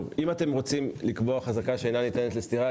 אם אתם רוצים לקבוע חזקה שאינה ניתנת לסתירה,